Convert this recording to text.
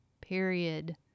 period